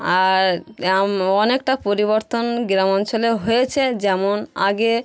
আর অনেকটা পরিবর্তন গ্রাম অঞ্চলেও হয়েছে যেমন আগে